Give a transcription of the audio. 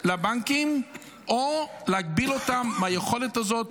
לבנקים או להגביל אותם ביכולת הזאת